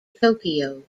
tokyo